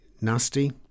nasty